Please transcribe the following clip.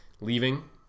leaving